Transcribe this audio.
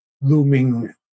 looming